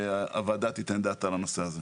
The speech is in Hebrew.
הוועדה תיתן את דעתה לנושא הזה.